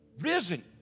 risen